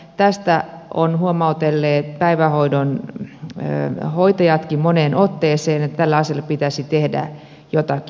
tästä ovat huomautelleet päivähoidon hoitajatkin moneen otteeseen että tälle asialle pitäisi tehdä jotakin